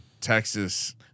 Texas